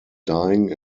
dying